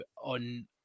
on